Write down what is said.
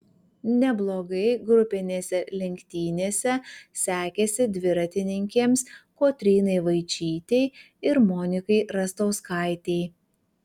neblogai grupinėse lenktynėse sekėsi dviratininkėms kotrynai vaičytei ir monikai rastauskaitei